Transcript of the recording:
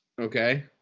Okay